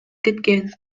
кеткен